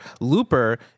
Looper